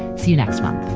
see you next month